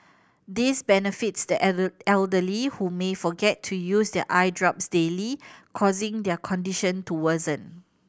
this benefits the elder elderly who may forget to use their eye drops daily causing their condition to worsen